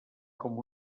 com